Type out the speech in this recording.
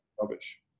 rubbish